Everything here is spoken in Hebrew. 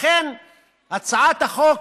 הצעת החוק,